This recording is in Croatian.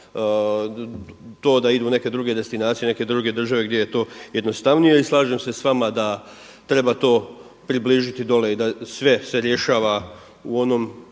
to da idu u neke druge destinacije u neke druge države gdje je to jednostavnije. I slažem se s vama da treba to približiti dole i da se sve rješava u onoj